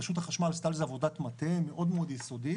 רשות החשמל עשתה על זה עבודת מטה מאוד יסודית,